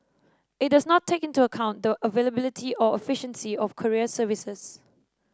it does not take into account the availability or efficiency of courier services